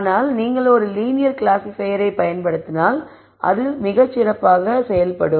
ஆனால் நீங்கள் ஒரு லீனியர் கிளாசிஃபையரை பயன்படுத்தினால் அது மிகச் சிறப்பாக செயல்படும்